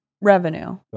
revenue